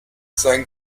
sein